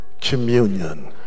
communion